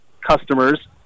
customers